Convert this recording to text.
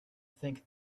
think